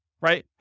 right